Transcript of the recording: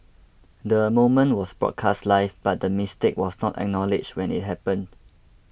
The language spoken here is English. the moment was broadcast live but the mistake was not acknowledged when it happened